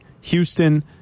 Houston